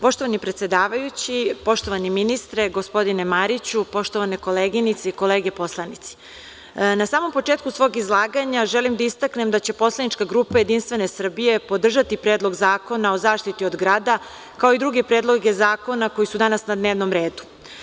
Poštovani predsedavajući, poštovani ministre, gospodine Mariću, poštovane koleginice i kolege poslanici, na samom početku svog izlaganja želim da istaknem da će poslanička grupa Jedinstvene Srbije podržati Predlog zakona o zaštiti od grada, kao i druge predloge zakona koji su danas na dnevnom redu.